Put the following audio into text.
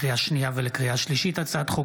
לקריאה שנייה ולקריאה שלישית: הצעת חוק